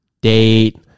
date